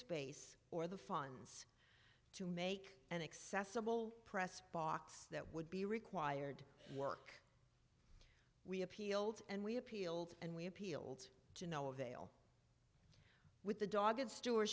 space or the funds to make an accessible press box that would be required work we appealed and we appealed and we appealed to no avail with the dog and st